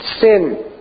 sin